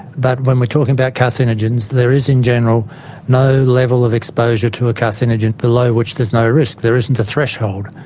but when we're talking about carcinogens there is in general no level of exposure to a carcinogen below which there is no risk. there isn't a threshold.